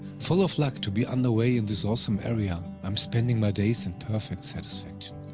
full of luck to be underway in this awesome area, i am spending my days in perfect satisfaction.